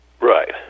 Right